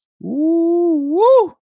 woo